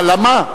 הלאמה?